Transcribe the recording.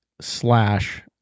slash